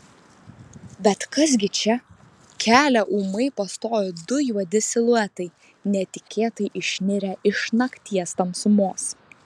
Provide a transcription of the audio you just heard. bet kas gi čia kelią ūmai pastojo du juodi siluetai netikėtai išnirę iš nakties tamsumos